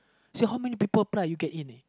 say how many apply you get in leh